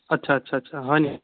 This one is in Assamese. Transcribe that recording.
আচ্ছা আচ্ছা আচ্ছা হয় নি